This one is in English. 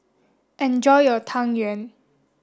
enjoy your tang yuen